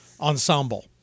Ensemble